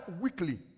weekly